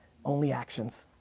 only actions.